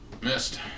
Missed